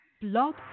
Blog